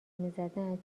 میزدن